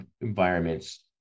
environments